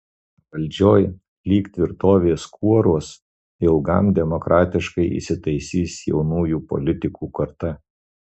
valdžioj lyg tvirtovės kuoruos ilgam demokratiškai įsitaisys jaunųjų politikų karta